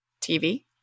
TV